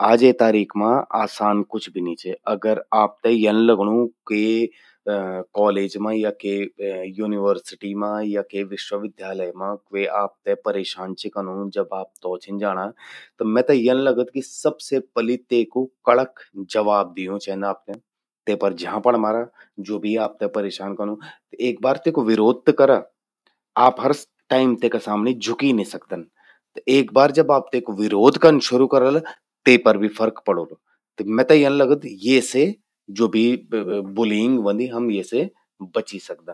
आजे तारीख मां आसान कुछ भि नी चि। अगर आपते यन लगणूं कि कॉलेज मां या के यूनिवर्सिटी मां, या के विश्वविद्यालय मां क्वो आपतै परेशान चि कनूं, जब आप तौ छिन जाणा। त मेते यन लगद कि सबसे पलि तेकु कड़क जवाब दियूं चेंद आपते। ते पर झापड़ मारा, ज्वो भी आपते परेशान कनूं। एक बार तेकु विरोध त करा। आप हर टाइम तेका सामणि झुकी नि सकदन। त एक बार जब आप तेकु विरोध कन शुरू करला, ते पर भि फर्क पड़ोलु। त मेते यन लगद येसे ज्वो भि बुलियिंग व्हंदि, तेसे बची सकदा।